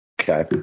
Okay